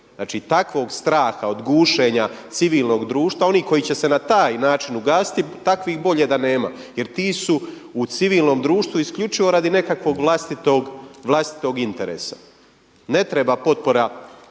Znači, takvog straha od gušenja civilnog društva oni koji će se na taj način ugasiti, takvih bolje da nema. Jer ti su u civilnom društvu isključivo radi nekakvog vlastitog interesa. Ne treba potpora